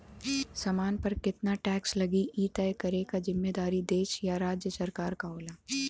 सामान पर केतना टैक्स लगी इ तय करे क जिम्मेदारी देश या राज्य सरकार क होला